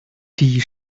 die